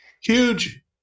huge